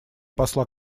посла